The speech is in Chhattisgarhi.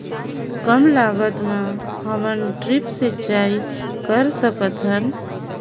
कम लागत मे हमन ड्रिप सिंचाई कर सकत हन?